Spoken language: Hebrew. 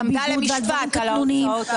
היא עמדה למשפט על ההוצאות.